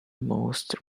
most